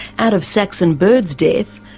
out of saxon bird's death,